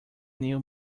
new